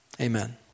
Amen